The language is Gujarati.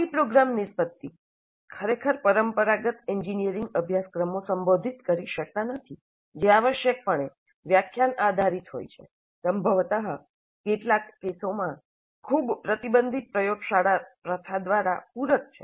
આવી પ્રોગ્રામ નિષ્પતિ ખરેખર પરંપરાગત એન્જિનિયરિંગ અભ્યાસક્રમો સંબોધિત કરી શકતા નથી જે આવશ્યકપણે વ્યાખ્યાન આધારિત હોય છે સંભવત કેટલાક કેસોમાં ખૂબ પ્રતિબંધિત પ્રયોગશાળા પ્રથા દ્વારા પૂરક છે